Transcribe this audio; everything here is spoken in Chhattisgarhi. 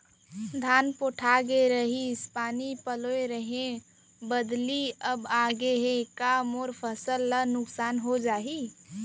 धान पोठागे रहीस, पानी पलोय रहेंव, बदली आप गे हे, का मोर फसल ल नुकसान हो जाही?